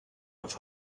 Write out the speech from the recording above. with